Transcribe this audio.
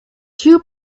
two